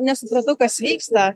nesupratau kas vyksta